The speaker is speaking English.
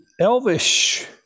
Elvish